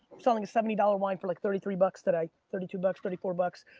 we're selling a seventy dollars wine for like thirty three bucks today. thirty two bucks, thirty four bucks.